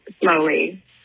slowly